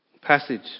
passage